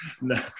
No